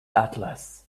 atlas